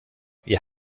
wir